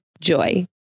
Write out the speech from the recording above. Joy